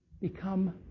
become